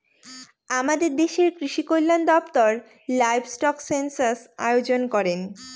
আমাদের দেশের কৃষিকল্যান দপ্তর লাইভস্টক সেনসাস আয়োজন করেন